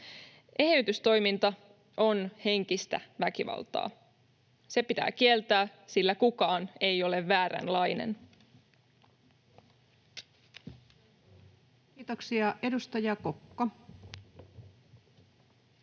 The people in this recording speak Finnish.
Eheytystoiminta on henkistä väkivaltaa. Se pitää kieltää, sillä kukaan ei ole vääränlainen. [Speech 175] Speaker: